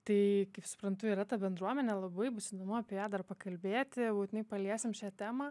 tai kaip suprantu yra ta bendruomenė labai bus įdomu apie ją dar pakalbėti būtinai paliesim šią temą